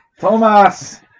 Thomas